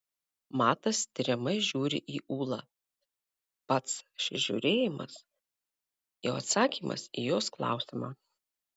matas tiriamai žiūri į ūlą pats šis žiūrėjimas jau atsakymas į jos klausimą